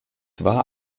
war